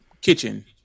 kitchen